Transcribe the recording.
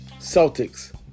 Celtics